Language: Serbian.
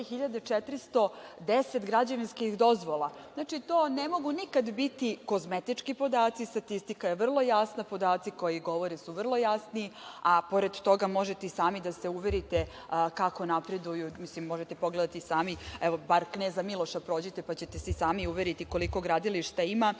2.410 građevinskih dozvola. Znači, to ne mogu nikad biti kozmetički podaci. Statistika je vrlo jasna, podaci koji govore su vrlo jasni, a pored toga možete i sami da se uverite kako napreduju, mislim, možete pogledati sami, evo, bar ulicu kneza Miloša. Prođite, pa ćete se i sami uveriti koliko gradilišta